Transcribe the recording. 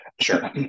Sure